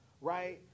Right